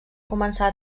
començar